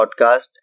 podcast